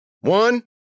One